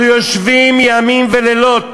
אנחנו יושבים ימים ולילות,